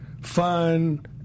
Fun